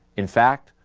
in fact,